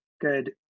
good